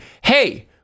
hey